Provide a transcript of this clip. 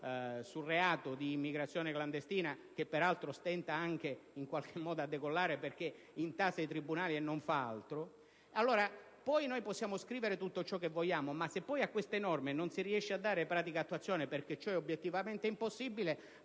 sul reato di immigrazione clandestina che peraltro stenta a decollare, perché non fa altro che intasare i tribunali; possiamo scrivere tutto ciò che vogliamo, ma se poi a queste norme non si riesce a dare pratica attuazione perché ciò è obiettivamente impossibile,